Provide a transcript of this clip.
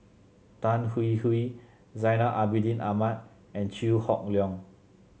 Tan Hwee Hwee Zainal Abidin Ahmad and Chew Hock Leong